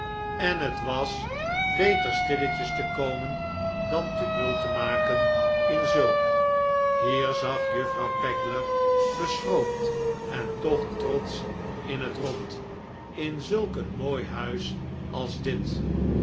en het was beter stilletjes te komen dan tumult te maken in zulk hier zag juffrouw pegler beschroomd en toch trotsch in het rond in zulk een mooi huis als dit